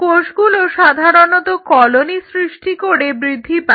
কোষগুলো সাধারণত কলোনি সৃষ্টি করে বৃদ্ধি পায়